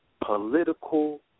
political